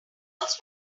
walls